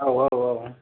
औ औ औ